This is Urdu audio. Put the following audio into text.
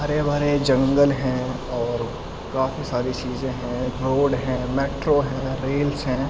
ہرے بھرے جنگل ہیں اور کافی ساری چیزیں ہیں روڈ ہیں میٹرو ہیں ریلس ہیں